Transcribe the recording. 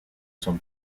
sommes